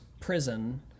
prison